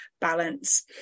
balance